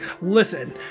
listen